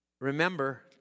remember